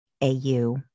AU